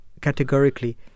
categorically